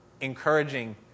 Encouraging